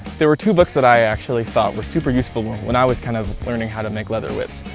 there were two books that i actually thought were super useful when i was kind of learning how to make leather whips.